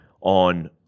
on